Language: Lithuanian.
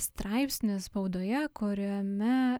straipsnis spaudoje kuriame